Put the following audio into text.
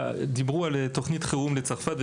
דיברו על תוכנית חירום לצרפת,